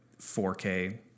4K